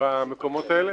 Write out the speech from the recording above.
במקומות האלה.